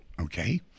okay